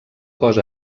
cos